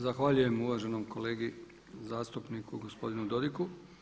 Zahvaljujem uvaženom kolegi zastupniku gospodinu Dodigu.